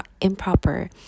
improper